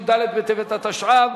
י"ד בטבת התשע"ב,